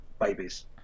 babies